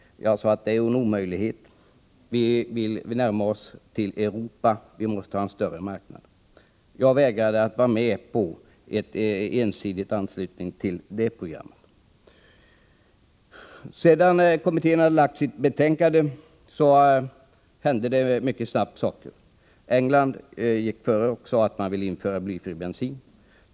Jag menade att detta program är omöjligt. Vi måste närma oss till Europa och vända oss till en större marknad. Jag vägrade att förorda en ensidig anslutning till det föreslagna programmet. När kommittén lagt fram sitt betänkande hände saker och ting mycket snabbt. Engelsmännen gick före och sade att man ville införa blyfri bensin.